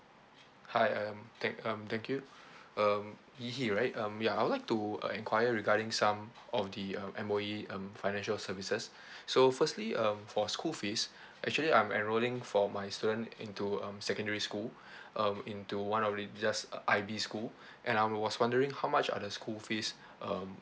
hi um thank um thank you um hee hee right um ya I would like to uh enquire regarding some of the um M_O_E um financial services so firstly um for school fees actually I'm enrolling for my student into um secondary school um into one of it just I_B school and I was wondering how much are the school fees um